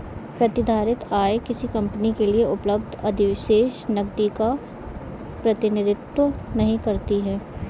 प्रतिधारित आय किसी कंपनी के लिए उपलब्ध अधिशेष नकदी का प्रतिनिधित्व नहीं करती है